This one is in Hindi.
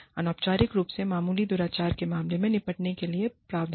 अनौपचारिक रूप से मामूली दुराचार के मामलों से निपटने के लिए प्रावधान